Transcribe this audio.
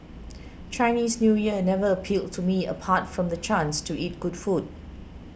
Chinese New Year never appealed to me apart from the chance to eat good food